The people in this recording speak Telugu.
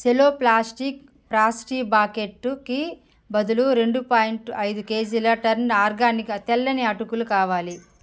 సెలో ప్లాస్టిక్ ఫ్రాస్టీ బాకెట్టుకి బదులు రెండు పాయింట్ అయిదు కేజీలు టర్న్ ఆర్గానిక్ తెల్లని అటుకులు కావాలి